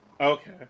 Okay